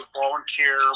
volunteer